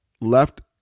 left